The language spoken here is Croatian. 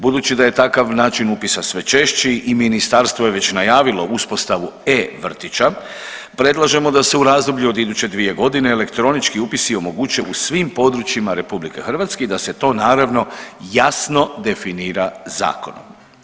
Budući da je takav način upisa sve češći i ministarstvo je već najavilo uspostavu e-vrtića predlažemo da se u razdoblju od iduće dvije godine elektronički upisi omoguće u svim područjima Republike Hrvatske i da se to naravno jasno definira zakonom.